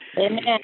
Amen